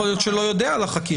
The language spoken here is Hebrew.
יכול להיות שהוא לא יודע על החקירה.